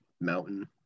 mountain